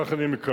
כך אני מקווה,